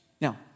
Now